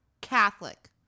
Catholic